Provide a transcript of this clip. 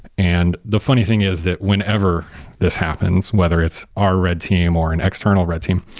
and the funny thing is that whenever this happens, whether it's our red team or an external red team,